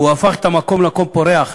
הוא הפך את המקום למקום פורח,